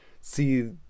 see